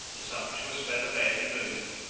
the sumptuous feather bed removed,